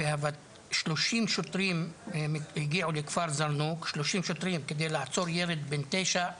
30 שוטרים הגיעו לכפר זרנוק כדי לעצור ילד בן 9,